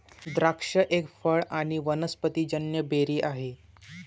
द्राक्ष एक फळ आणी वनस्पतिजन्य बेरी आहे